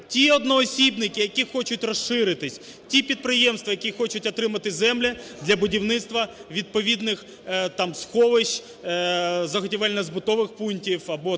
Ті одноосібники, які хочуть розширитись, ті підприємства, які хочуть отримати землі для будівництва відповідних сховищ, заготівельно-збутових пунктів